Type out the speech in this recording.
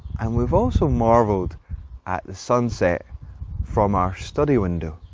and we've also marvelled at the sunset from our study window.